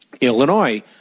Illinois